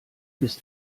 bist